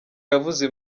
yavuze